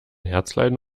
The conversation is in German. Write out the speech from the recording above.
herzleiden